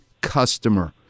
customer